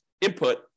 input